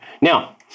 Now